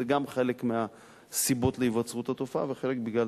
זה גם חלק מהסיבות להיווצרות התופעה, וחלק, בגלל